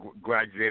graduate